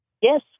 Yes